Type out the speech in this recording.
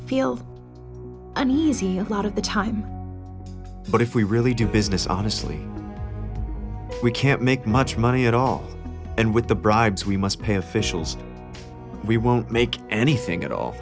feel uneasy a lot of the time but if we really do business honestly we can't make much money at all and with the bribes we must pay officials we won't make anything at all